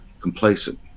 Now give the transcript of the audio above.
complacent